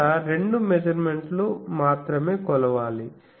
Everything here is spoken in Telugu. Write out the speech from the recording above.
ఇక్కడ రెండు మెజర్మెంట్లు మాత్రమే కొలవాలి